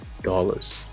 dollars